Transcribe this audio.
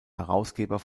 herausgeber